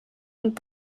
und